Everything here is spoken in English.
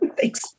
Thanks